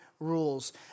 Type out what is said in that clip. rules